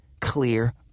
clear